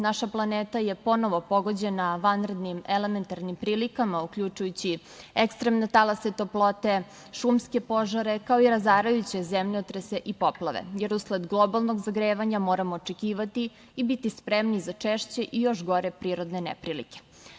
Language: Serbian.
Naša planeta je ponovo pogođena vanrednim elementarnim prilikama uključujući i ekstremne talase toplote, šumske požare, kao i razarajuće zemljotrese i poplave, jer usled globalnog zagrevanja moramo očekivati i biti spremni za češće i još gore prirodne neprilike.